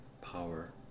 power